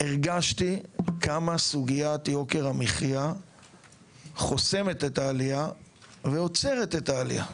הרגשתי כמה סוגיית יוקר המחיה חוסמת את העלייה ועוצרת את העלייה.